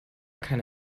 keine